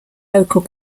local